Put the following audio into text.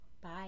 Bye